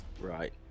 Right